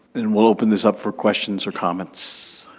and we'll open this up for questions or comments.